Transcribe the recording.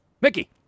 Mickey